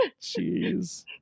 Jeez